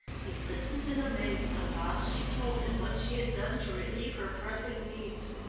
he listened in amazement whilst she told him what she had done to relieve her pressing needs.